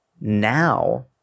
now